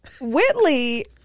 whitley